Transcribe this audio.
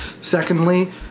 Secondly